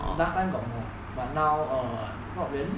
last time got more but now err not really